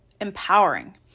empowering